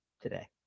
today